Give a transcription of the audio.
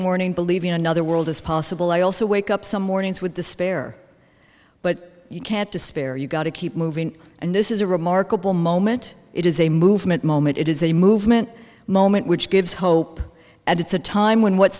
morning believing another world is possible i also wake up some mornings with despair but you can't despair you've got to keep moving and this is a remarkable moment it is a movement moment it is a movement moment which gives hope and it's a time when what